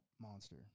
monster